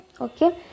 okay